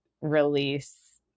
release